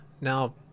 Now